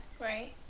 right